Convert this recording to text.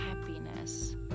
happiness